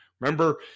Remember